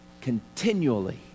continually